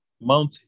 mountain